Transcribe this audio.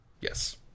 Yes